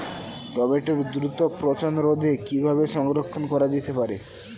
টমেটোর দ্রুত পচনরোধে কিভাবে সংরক্ষণ করা যেতে পারে?